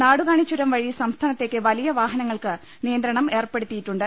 നാടുകാണിചുരം വഴി സംസ്ഥാനത്തേക്ക് വലിയ വാഹ നങ്ങൾക്ക് നിയന്ത്രണം ഏർപ്പെടുത്തിയിട്ടുണ്ട്